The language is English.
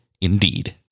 Indeed